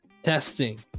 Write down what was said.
Testing